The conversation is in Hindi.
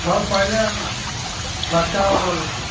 और पहले आना अच्छा वाला लेकर